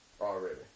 Already